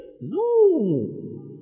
No